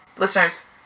Listeners